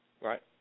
Right